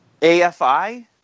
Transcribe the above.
AFI